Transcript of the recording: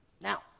Now